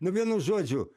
nu vienu žodžiu